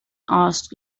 asked